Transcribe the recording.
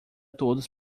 todos